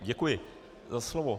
Děkuji za slovo.